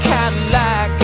Cadillac